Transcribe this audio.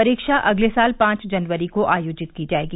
परीक्षा अगले साल पांच जनवरी को आयोजित की जाएगी